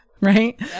right